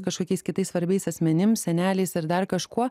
kažkokiais kitais svarbiais asmenim seneliais ar dar kažkuo